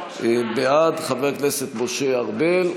בעד, חבר הכנסת משה ארבל.